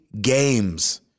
games